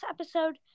episode